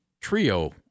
trio